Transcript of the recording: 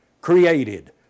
created